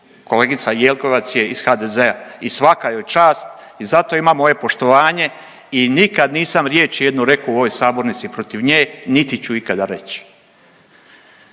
kolegica Jelkovac iz HDZ-a i svaka joj čast i zato ima moje poštovanje i nikad nisam riječ jednu rekao u ovoj sabornici protiv nje niti ću ikada reći.